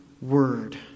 word